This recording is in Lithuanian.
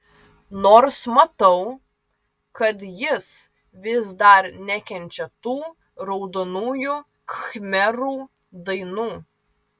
nors matau kad jis vis dar nekenčia tų raudonųjų khmerų dainų